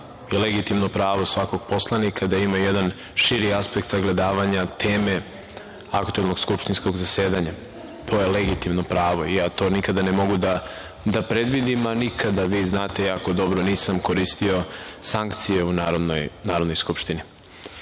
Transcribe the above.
legitimno pravo svakog poslanika da ima jedan širi aspekt sagledavanja teme aktuelnog skupštinskog zasedanja. To je legitimno pravo i ja to nikada ne mogu da predvidim, a nikada, vi znate jako dobro, nisam koristio sankcije u Narodnoj skupštini. Koleginice